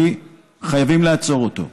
הוא בלתי אפשרי, חייבים לעצור אותו.